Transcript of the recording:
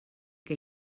que